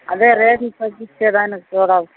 అదే రేట్లు తగ్గిస్తే కానీ చూడాలి